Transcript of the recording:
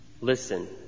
Listen